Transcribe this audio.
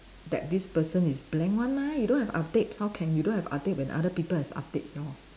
that this person is blank one right you don't have update how can you don't have update when other people have updates you know